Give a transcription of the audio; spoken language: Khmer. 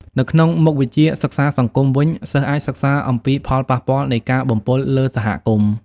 នៅក្នុងមុខវិជ្ជា សិក្សាសង្គមវិញ សិស្សអាចសិក្សាអំពីផលប៉ះពាល់នៃការបំពុលលើសហគមន៍។